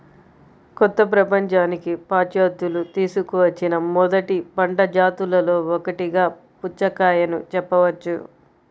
కొత్త ప్రపంచానికి పాశ్చాత్యులు తీసుకువచ్చిన మొదటి పంట జాతులలో ఒకటిగా పుచ్చకాయను చెప్పవచ్చు